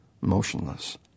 motionless